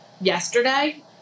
yesterday